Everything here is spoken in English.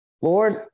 Lord